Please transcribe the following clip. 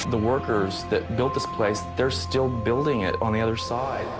the workers that built this place, they're still building it on the other side.